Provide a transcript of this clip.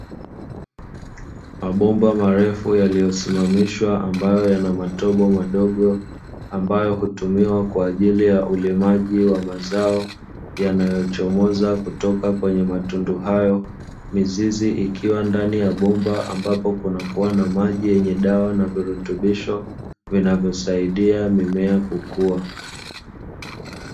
Mabomba marefu yaliyosimamishwa ambayo yana matobo madogo, ambayo hutumiwa kwa ajili ya ulimaji wa mazao yanayochomoza kutoka kwenye matundu hayo, mizizi ikiwa ndani ya bomba ambapo kunakuwa na maji yenye dawa na virutubisho, vinavyosaidia mimea kukua.